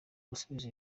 gusubiza